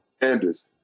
Anders